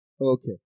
okay